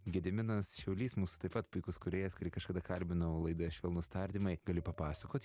gediminas šiaulys mūsų taip pat puikus kūrėjas kurį kažkada kalbinau laidoje švelnūs tardymai gali papasakot